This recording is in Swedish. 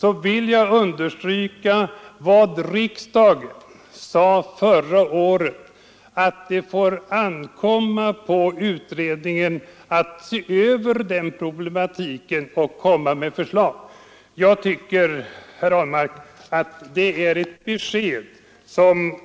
Jag vill understryka vad riksdagen sade förra året, nämligen att det får ankomma på utredningen att se över frågan om stöd till GP och Estniska Dagbladet och framlägga förslag. Det är ett besked som